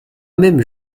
même